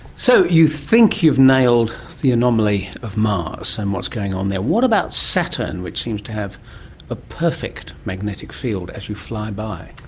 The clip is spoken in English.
so you think you've nailed the anomaly of mars and what's going on there. what about saturn, which seems to have a perfect magnetic field as you fly by?